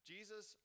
Jesus